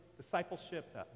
discipleship